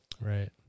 Right